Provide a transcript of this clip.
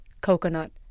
Coconut